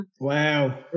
wow